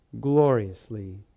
gloriously